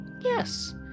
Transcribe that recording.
Yes